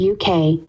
uk